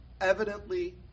evidently